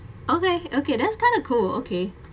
okay okay that's kind of cool okay